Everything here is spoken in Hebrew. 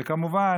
אני זוכר,